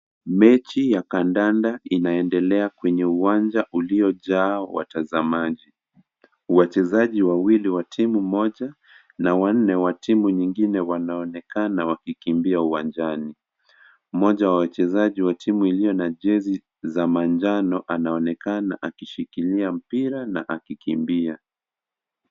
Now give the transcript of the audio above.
Mechi ya kandanda inaendelea kwenye uwanja uliojaa watazamaji. Wachezaji wawili wa timu moja na wanne wa timu nyingine wanaonekanawakikimbia uwanjani. Mmoja wa wachezaji wa timu iliyo na jezi za manjano anaonekana akishikilia mpira na akikimbia.